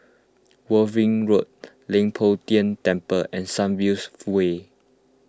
Worthing Road Leng Poh Tian Temple and Sunviews Way